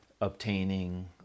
obtaining